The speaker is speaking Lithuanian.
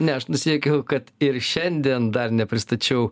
ne aš nusijuokiau kad ir šiandien dar nepristačiau